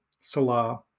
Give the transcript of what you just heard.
Salah